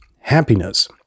happiness